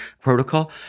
protocol